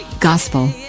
gospel